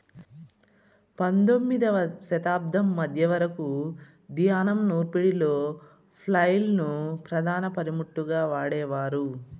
పందొమ్మిదవ శతాబ్దం మధ్య వరకు ధాన్యం నూర్పిడిలో ఫ్లైల్ ను ప్రధాన పనిముట్టుగా వాడేవారు